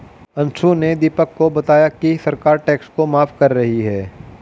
अंशु ने दीपक को बताया कि सरकार टैक्स को माफ कर रही है